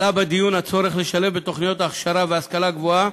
עלה בדיון הצורך לשלב בתוכניות ההכשרה וההשכלה הגבוהה